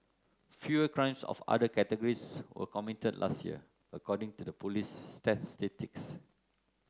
fewer crimes of other categories were committed last year according to the police's statistics